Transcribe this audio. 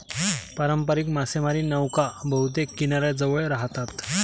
पारंपारिक मासेमारी नौका बहुतेक किनाऱ्याजवळ राहतात